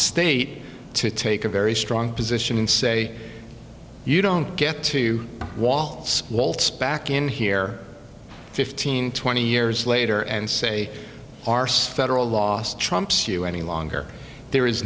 state to take a very strong position and say you don't get to back in here fifteen twenty years later and say federal law trumps you any longer there is